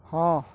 ହଁ